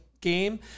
game